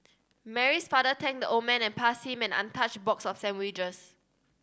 Mary's father thanked the old man and passed him an untouched box of sandwiches